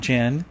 Jen